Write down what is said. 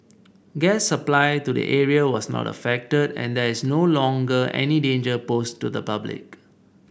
gas supply to the area was not affected and there is no longer any danger posed to the public